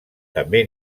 també